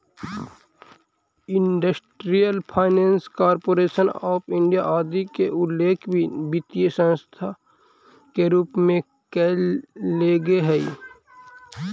industrial finance corporation of India आदि के उल्लेख भी वित्तीय संस्था के रूप में कैल गेले हइ